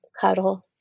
cuddle